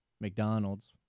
McDonald's